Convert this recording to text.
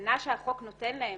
ההגנה שהחוק נותן להם,